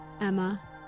Emma